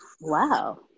Wow